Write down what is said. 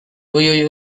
you